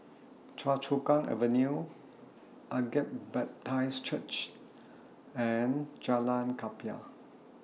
Choa Chu Kang Avenue Agape Church and Jalan Klapa